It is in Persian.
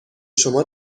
شما